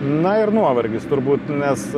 na ir nuovargis turbūt nes